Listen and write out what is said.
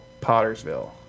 Pottersville